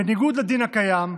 בניגוד לדין הקיים,